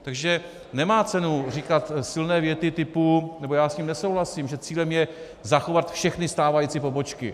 Takže nemá cenu říkat silné věty typu nebo já s tím nesouhlasím, že cílem je zachovat všechny stávající pobočky.